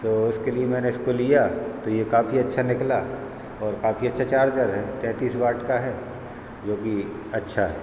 तो उसके लिए मैंने इसको लिया तो यह काफ़ी अच्छा निकला और काफ़ी अच्छा चार्जर है तैंतीस वाट का है जोकि अच्छा है